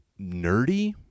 nerdy